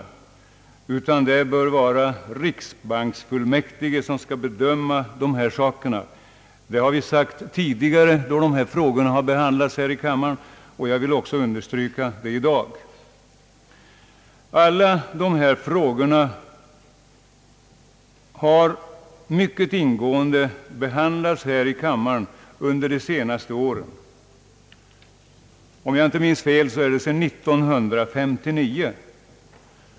Det bör i stället vara riksbanksfullmäktige som bör ta initiativ i dessa ting. Det har vi sagt tidigare då de här frågorna behandlats i kammaren, och jag vill understryka det även i dag. Alla dessa frågor har mycket ingående behandlats i kammaren under de senaste åren, om jag inte minns fel sedan 1959.